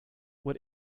what